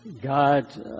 God